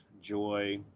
joy